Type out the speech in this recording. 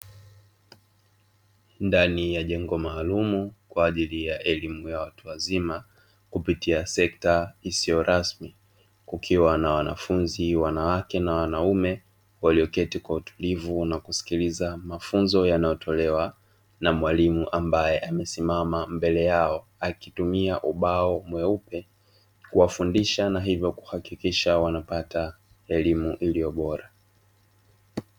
Ndani ya jengo maalumu kwa ajili ya elimu ya watu wazima kupitia sekta isiyo rasmi, kukiwa na wanafunzi wanawake na wanaume walioketi kwa utulivu na kusikiliza mafunzo yanayotolewa na mwalimu ambaye amesimama mbele yao, akitumia ubao mweupe kuwafundisha na hivyo kuhakikisha wanapata elimu iliyo bora.